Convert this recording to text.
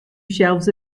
shelves